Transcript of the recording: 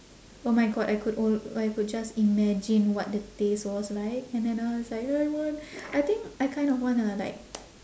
oh my god I could al~ I could just imagine what the taste was like and then I was like I want I think I kind of wanna like